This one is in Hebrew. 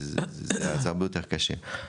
זה הרבה יותר קשה,